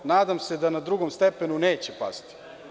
Nadam se da na drugom stepenu neće pasti.